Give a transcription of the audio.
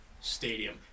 stadium